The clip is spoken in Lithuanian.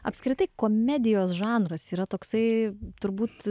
apskritai komedijos žanras yra toksai turbūt